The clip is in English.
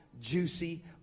juicy